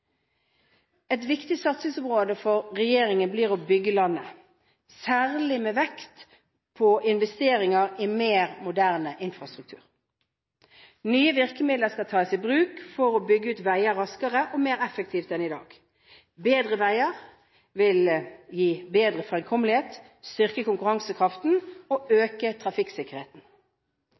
Et viktig satsingsområde for regjeringen blir å bygge landet, særlig med vekt på investeringer i mer moderne infrastruktur. Nye virkemidler skal tas i bruk for å bygge ut veier raskere og mer effektivt enn i dag. Bedre veier vil gi bedre fremkommelighet, styrke konkurransekraften og øke trafikksikkerheten.